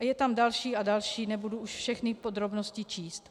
A je tam další a další, nebudu už všechny podrobnosti číst.